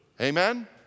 Amen